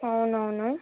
అవునవును